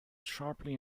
sharply